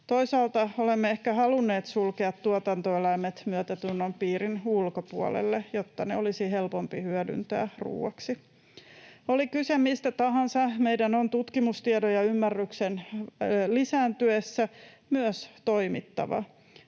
Toisaalta olemme ehkä halunneet sulkea tuotantoeläimet myötätunnon piirin ulkopuolelle, jotta ne olisi helpompi hyödyntää ruoaksi. Oli kyse mistä tahansa, meidän on tutkimustiedon ja ymmärryksen lisääntyessä myös toimittava.